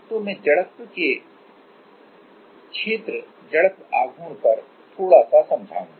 तो मैं इनर्शिया के एरिया मोमेंट आफ इनर्शिया पर थोड़ा सा समझाऊंगा